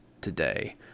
today